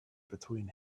between